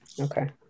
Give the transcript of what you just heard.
Okay